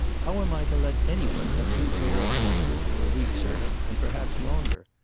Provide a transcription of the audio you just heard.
how am i to let anyone have two pair of horses for a week certain and perhaps longer?